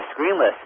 screenless